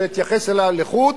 שאתייחס אליה לחוד,